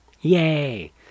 Yay